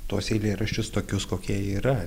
tuos eilėraščius tokius kokie jie yra